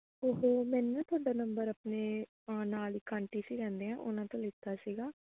ਉਹ ਮੈਨੂੰ ਨਾ ਤੁਹਾਡਾ ਨੰਬਰ ਆਪਣੇ ਨਾਲ਼ ਇੱਕ ਆਂਟੀ ਸੀ ਰਹਿੰਦੇ ਆ ਉਹਨਾਂ ਤੋਂ ਲੀਤਾ ਸੀਗਾ